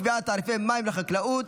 קביעת תעריפי מים לחקלאות),